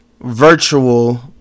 virtual